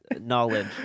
knowledge